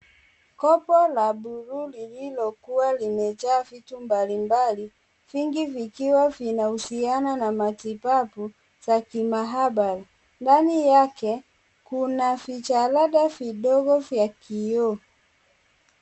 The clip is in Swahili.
Kopo la buluu lililokuwa limejaa vitu mbalimbali, vingi vikiwa vinahusiana na matibabu za kimaabara. Ndani yake, kuna vijalada vidogo vya kioo.